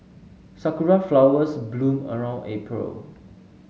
sakura flowers bloom around April